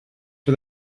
for